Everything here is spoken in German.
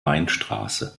weinstraße